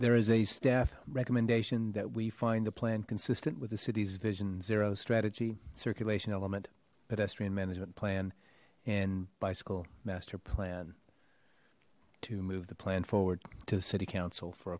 there is a staff recommendation that we find the plan consistent with the city's vision zero strategy circulation element pedestrian management plan and bicycle master plan to move the plan forward to the city council for